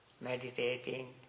meditating